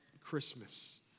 Christmas